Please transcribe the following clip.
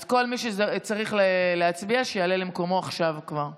אז כל מי שצריך להצביע, שיעלה למקומו כבר עכשיו.